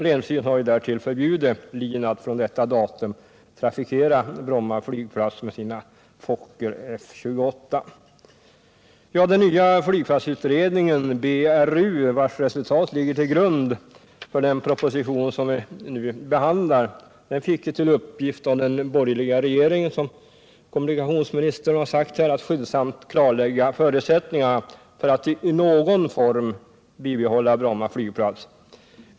Länsstyrelsen har också förbjudit LIN att från detta datum trafikera Bromma flygplats med sina Fokker F 28-plan. Den nya flygplatsutredningen, BRU, vars resultat ligger till grund för den proposition vi nu behandlar, fick till uppgift av den borgerliga regeringen, som kommunikationsministern har sagt här, att skyndsamt klarlägga förutsättningarna för att i någon form bibehålla Bromma flygplats.